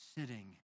sitting